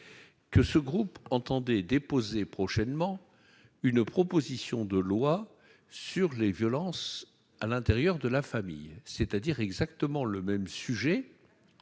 que son groupe entendait déposer prochainement une proposition de loi sur les violences à l'intérieur de la famille, soit exactement le même sujet